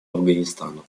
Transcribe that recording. афганистану